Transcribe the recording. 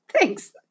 Thanks